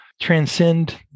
transcend